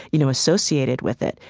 you know, associated with it.